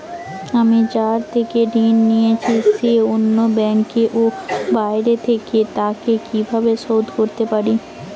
আমি যার থেকে ঋণ নিয়েছে সে অন্য ব্যাংকে ও বাইরে থাকে, তাকে কীভাবে শোধ করতে পারি?